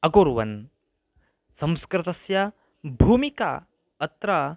अकुर्वन् संस्कृतस्य भूमिका अत्र